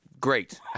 great